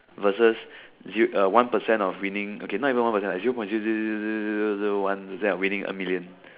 vs one percent of winning okay not even one percent instead of winning a million